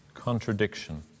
Contradiction